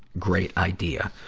great idea.